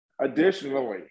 additionally